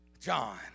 John